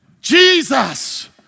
Jesus